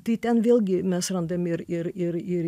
tai ten vėlgi mes randam ir ir ir ir